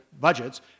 budgets